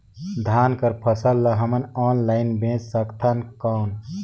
धान कर फसल ल हमन ऑनलाइन बेच सकथन कौन?